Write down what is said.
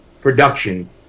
production